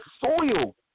soil